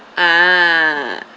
ah